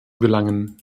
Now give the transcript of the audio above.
gelangen